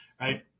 right